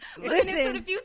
Listen